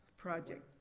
project